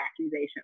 accusation